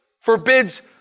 forbids